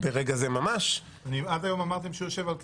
ברגע זה ממש --- עד היום אמרתם שהוא יושב על כתפיי,